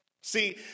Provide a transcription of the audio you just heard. See